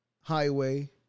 Highway